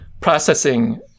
Processing